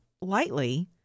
lightly